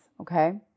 okay